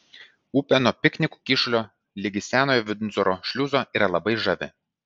upė nuo piknikų kyšulio ligi senojo vindzoro šliuzo yra labai žavi